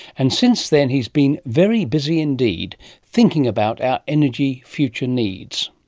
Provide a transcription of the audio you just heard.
and since then he's been very busy indeed thinking about our energy future needs.